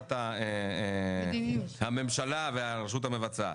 החלטת הממשלה והרשות המבצעת.